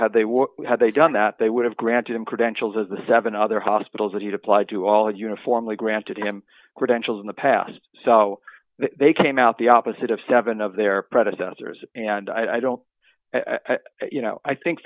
how they were had they done that they would have granted him credentials as the seven other hospitals that he'd applied to all uniformly granted him credentials in the past so they came out the opposite of seven of their predecessors and i don't you know i think